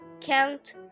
Count